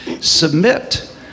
submit